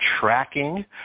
tracking